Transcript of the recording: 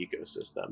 ecosystem